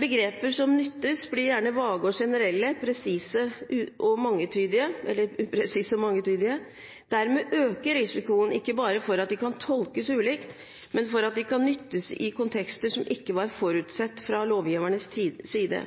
Begreper som nyttes, blir gjerne vage og generelle, upresise og mangetydige. Dermed øker risikoen ikke bare for at de kan tolkes ulikt, men for at de kan nyttes i kontekster som ikke var forutsett fra lovgivernes side.